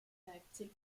leipzig